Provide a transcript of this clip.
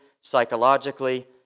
psychologically